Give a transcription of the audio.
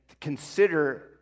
consider